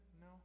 No